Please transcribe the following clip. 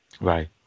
Right